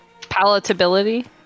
Palatability